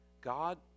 God